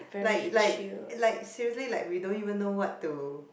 like like like seriously like we don't even know what to